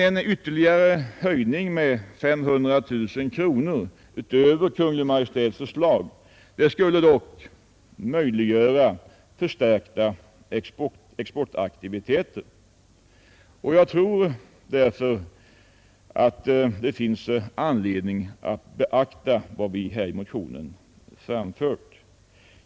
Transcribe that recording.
En ytterligare höjning med 500 000 kronor utöver Kungl. Maj:ts förslag skulle dock möjliggöra förstärkta exportaktiviteter. Jag tror därför att det finns anledning att beakta vad som framförts i motionen.